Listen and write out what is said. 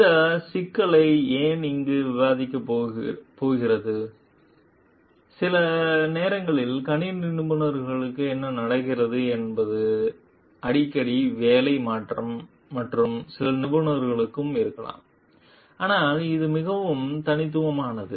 இந்த சிக்கலை ஏன் இங்கு விவாதிக்கப் போகிறது சில நேரங்களில் கணினி நிபுணர்களுக்கு என்ன நடக்கிறது என்பது அடிக்கடி வேலை மாற்றம் மற்றும் பிற நிபுணர்களுக்கும் இருக்கலாம் ஆனால் இது மிகவும் தனித்துவமானது